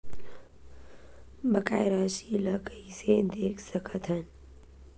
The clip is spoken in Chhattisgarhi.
बकाया राशि ला कइसे देख सकत हान?